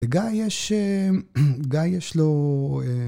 לגיא יש, גיא יש לו.